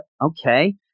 okay